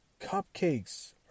Cupcakes